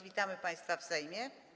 Witamy państwa w Sejmie.